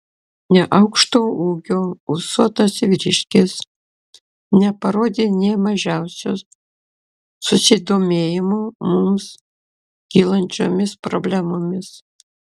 neaukšto ūgio ūsuotas vyriškis neparodė nė mažiausio susidomėjimo mums kylančiomis problemomis